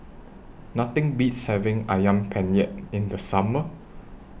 Nothing Beats having Ayam Penyet in The Summer